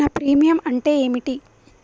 నా ప్రీమియం అంటే ఏమిటి?